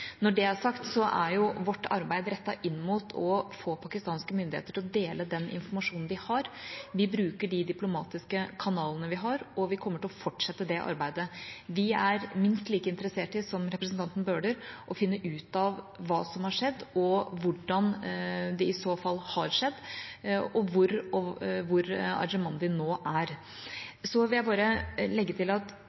Når det er sagt, er vårt arbeid rettet inn mot å få pakistanske myndigheter til å dele den informasjonen de har. Vi bruker de diplomatiske kanalene vi har, og vi kommer til å fortsette det arbeidet. Vi er minst like interessert som representanten Bøhler i å finne ut av hva som har skjedd, hvordan det i så fall har skjedd, og hvor Arjemandi nå er. Så vil jeg bare legge til at